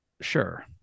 sure